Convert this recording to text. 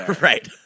Right